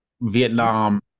Vietnam